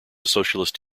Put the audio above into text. socialist